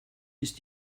ist